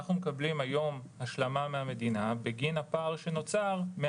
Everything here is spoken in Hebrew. אנחנו מקבלים היום השלמה מן המדינה בגין הפער שנוצר מן